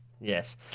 Yes